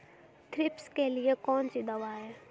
Thrips के लिए कौन सी दवा है?